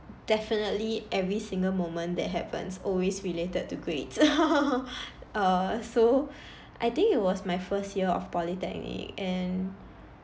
definitely every single moment that happens always related to grades err so I think it was my first year of polytechnic and